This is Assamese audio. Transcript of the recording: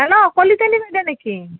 হেল্ল' কলিতানী বাইদেউ নেকি